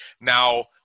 Now